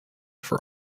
for